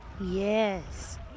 Yes